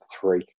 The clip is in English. three